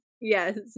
yes